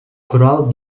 kural